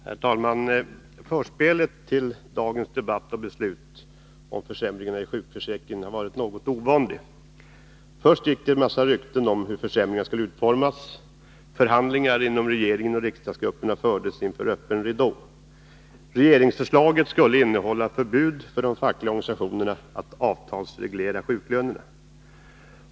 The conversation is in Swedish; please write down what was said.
Herr talman! Förspelet till dagens debatt och beslut om försämringarna i sjukförsäkringen har varit något ovanligt. Först gick det en massa rykten om hur försämringarna skulle utformas. Förhandlingar inom regeringen och riksdagsgrupperna fördes inför öppen ridå. Regeringsförslaget skulle innehålla ett förbud för de fackliga organisationerna att avtalsreglera sjuklönerna.